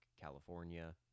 California